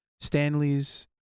Stanley's